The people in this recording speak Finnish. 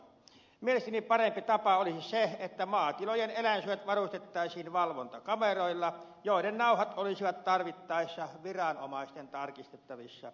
mielestäni parempi tapa olisi se että maatilojen eläinsuojat varustettaisiin valvontakameroilla joiden nauhat olisivat tarvittaessa viranomaisten tarkistettavissa